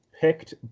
picked